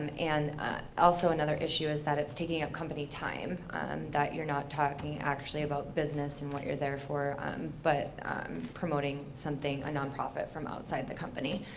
and and also another issue is that it's taking up company time that you're not talking actually about business and what you're there um but promoting something are non-profit from outside the company.